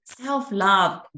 Self-love